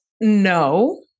no